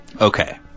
Okay